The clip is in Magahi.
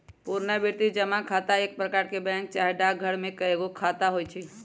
पुरनावृति जमा खता एक प्रकार के बैंक चाहे डाकघर में एगो खता होइ छइ